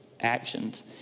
actions